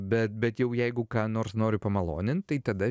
bet bet jau jeigu ką nors noriu pamaloninti tai tada